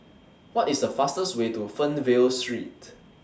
What IS The fastest Way to Fernvale Street